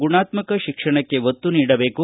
ಗುಣಾತ್ಕಕ ಶಿಕ್ಷಣಕ್ಕೆ ಒತ್ತು ನೀಡಬೇಕು